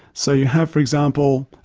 so you have, for example,